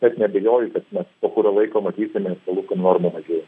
net neabejoju kad mes po kurio laiko matysime palūkanų normų mažėjim